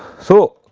so,